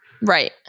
right